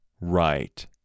right